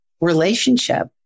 relationship